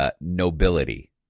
nobility